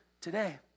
today